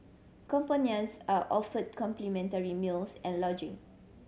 companions are offered complimentary meals and lodging